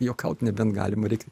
juokaut nebent galima reik